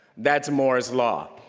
that's moore's law.